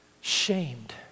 shamed